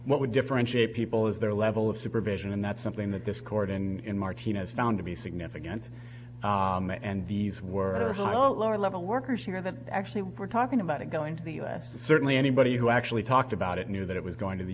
what would differentiate people is their level of supervision and that's something that this court in martinez found to be significant and these were all lower level workers here that actually were talking about it going to the u s certainly anybody who actually talked about it knew that it was going to the